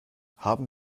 haben